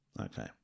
Okay